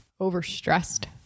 overstressed